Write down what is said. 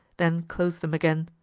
then closed them again.